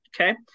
Okay